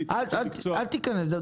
אל תיכנס לזה.